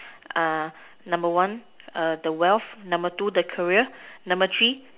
uh number one err the wealth number two the career number three